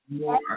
more